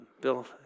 Bill